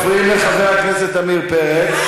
אני רק, אתם מפריעים לחבר הכנסת עמיר פרץ.